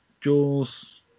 Jaws